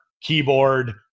keyboard